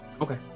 Okay